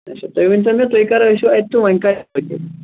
اچھا تُہۍ ؤنۍتَو مےٚ تُہۍ کر آسِو اَتہِ تہٕ وۅنۍ کر یِمہٕ بہٕ